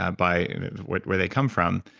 ah by where where they come from.